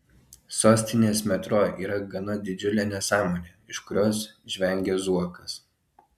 sostinės metro yra gana didžiulė nesąmonė iš kurios žvengia zuokas